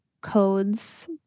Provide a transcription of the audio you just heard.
codes